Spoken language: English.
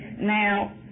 now